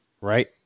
right